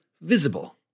Visible